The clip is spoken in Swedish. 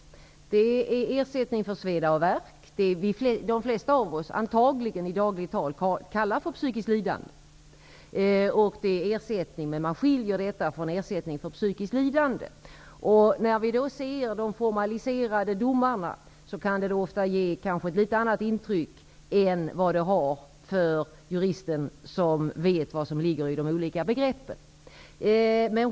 Man får t.ex. ersättning för ''sveda och värk'', det som de flesta av oss i dagligt tal antagligen kallar psykiskt lidande. Men man skiljer denna ersättning från ersättning för psykiskt lidande. De formaliserade domarna kan ofta ge ett annat intryck på vanligt folk än på juristen, som vet vad som ligger i de olika begreppen.